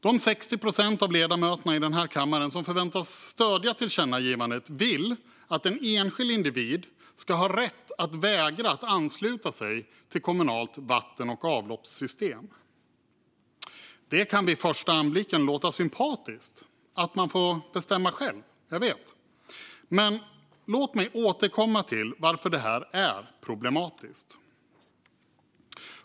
De 60 procent av ledamöterna i denna kammare som förväntas stödja tillkännagivandet vill att en enskild individ ska ha rätt att vägra att ansluta sig till kommunalt vatten och avloppssystem. Det kan vid första anblicken låta sympatiskt, att man får bestämma själv - jag vet. Men låt mig återkomma till varför detta är problematiskt.